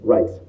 Right